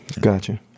Gotcha